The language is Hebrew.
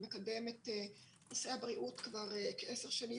הוא מקדם את נושא הבריאות כבר כעשר שנים